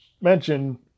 mention